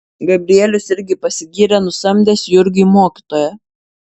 gabrielius irgi pasigyrė nusamdęs jurgiui mokytoją